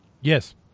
Yes